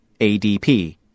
ADP